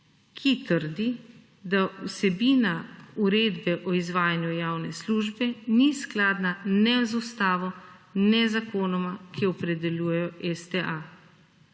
ki trdi, da vsebina uredbe o izvajanju javne službe ni skladna ne z Ustavo ne z zakonoma, ki opredeljujejo STA.